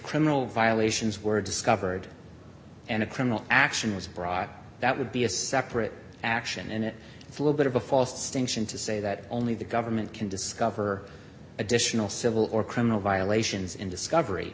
criminal violations were discovered and a criminal action was brought that would be a separate action and it flew a bit of a false distinction to say that only the government can discover additional civil or criminal violations in discovery